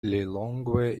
lilongwe